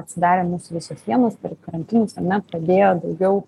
atsidarė mūsų visos sienos per karantinus ar ne pradėjo daugiau